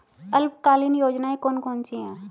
अल्पकालीन योजनाएं कौन कौन सी हैं?